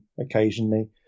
occasionally